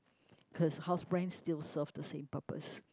cause house brand still serve the same purpose